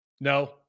No